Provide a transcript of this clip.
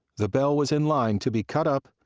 the belle was in line to be cut up,